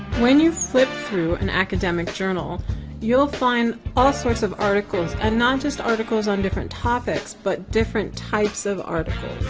when you flip through an academic journal you'll find all sorts of articles and not just articles on different topics, but different types of articles.